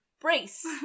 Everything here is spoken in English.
brace